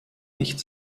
nicht